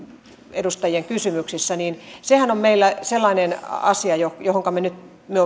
edustajien kysymyksissä on meillä sellainen asia johonka me nyt